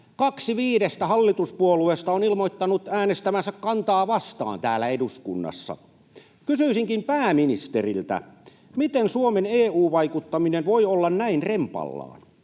hallituspuolueesta on ilmoittanut äänestävänsä kantaa vastaan täällä eduskunnassa. Kysyisinkin pääministeriltä: Miten Suomen EU-vaikuttaminen voi olla näin rempallaan?